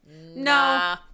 no